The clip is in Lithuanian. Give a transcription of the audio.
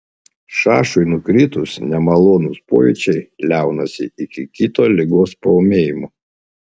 šašui nukritus nemalonūs pojūčiai liaunasi iki kito ligos paūmėjimo